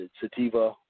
sativa